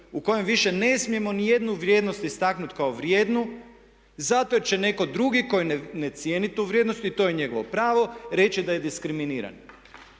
u kojem više ne smijemo nijednu vrijednost istaknuti kao vrijednu zato jer će netko drugi koji ne cijeni tu vrijednost, i to je njegovo pravo, reći da je diskriminiran.